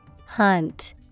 Hunt